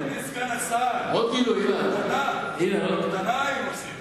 אדוני סגן השר, קייטנה היינו עושים מזה.